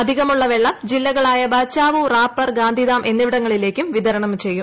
അധികമുള്ള വെള്ളം ജില്ലകളായ ബാച്ചാവൂ റാപ്പർ ഗാന്ധിദാം എന്നിവിടങ്ങളിലേക്കും വി തരണം ചെയ്യും